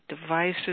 devices